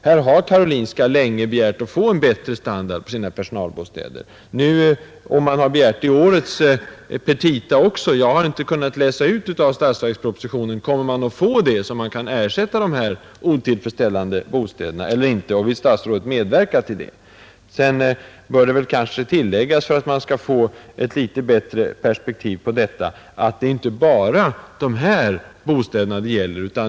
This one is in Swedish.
Karolinska sjukhuset har länge begärt att få en bättre standard på sina personalbostäder och har gjort det även i årets petita. Jag har inte kunnat läsa ut av statsverkspropositionen om detta önskemål kommer att uppfyllas eller inte. Sedan bör det kanske tilläggas, för att man skall få ett litet bättre perspektiv på detta, att det inte är bara dessa bostäder det gäller.